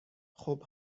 خوب